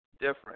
different